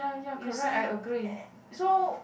you see eh so